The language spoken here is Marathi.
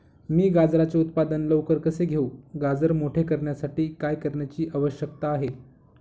मी गाजराचे उत्पादन लवकर कसे घेऊ? गाजर मोठे करण्यासाठी काय करण्याची आवश्यकता आहे?